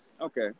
okay